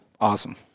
awesome